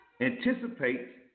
anticipate